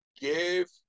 give